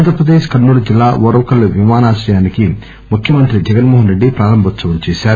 ఆంధ్రప్రదేశ్ కర్నూలు జిల్లా ఓర్వకల్లు విమానాశ్రయానికి ముఖ్యమంత్రి జగన్మో హన్ రెడ్డి ప్రారంభోత్సవం చేశారు